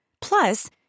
Plus